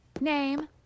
Name